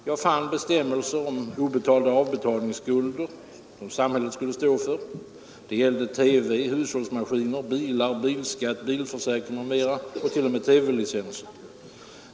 Jag har funnit bestämmelser om obetalda avbetalningsskulder som samhället skulle stå för — det gällde TV, hushållsmaskiner, bilar, bilskatt, bilförsäkring m.m. och t.o.m. TV-licenser.